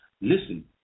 Listen